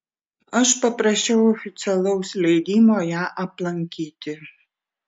aš paprašiau oficialaus leidimo ją aplankyti